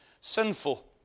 sinful